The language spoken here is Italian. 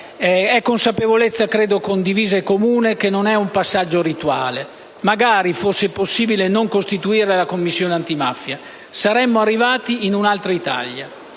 È consapevolezza condivisa e comune che questo non sia un passaggio rituale. Magari fosse possibile non costituire la Commissione antimafia: saremmo arrivati in un'altra Italia!